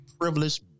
privileged